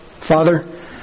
Father